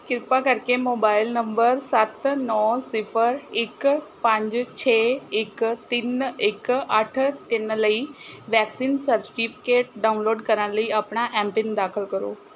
ਕਿਰਪਾ ਕਰਕੇ mobile number ਸੱਤ ਨੌਂ ਸਿਫ਼ਰ ਇੱਕ ਪੰਜ ਛੇ ਇੱਕ ਤਿੰਨ ਇੱਕ ਅੱਠ ਤਿੰਨ ਲਈ ਵੈਕਸੀਨ ਸਰਟੀਫਿਕੇਟ ਡਾਊਨਲੋਡ ਕਰਨ ਲਈ ਆਪਣਾ ਐੱਮ ਪਿੰਨ ਦਾਖਲ ਕਰੋ